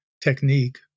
technique